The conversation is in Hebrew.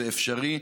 זה אפשרי,